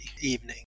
evening